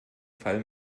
fall